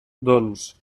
doncs